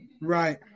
Right